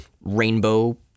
rainbow